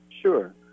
Sure